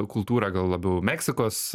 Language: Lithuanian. kultūra gal labiau meksikos